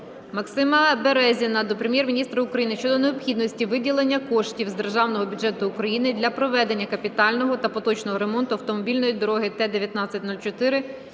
Максима Березіна до Прем'єр-міністра України щодо необхідності виділення коштів з державного бюджету України для проведення капітального та поточного ремонту автомобільної дороги Т-19-04